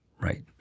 right